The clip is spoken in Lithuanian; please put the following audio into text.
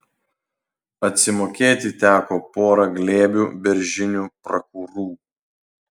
atsimokėti teko pora glėbių beržinių prakurų